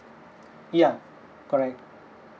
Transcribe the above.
ya correct